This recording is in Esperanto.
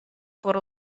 por